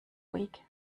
week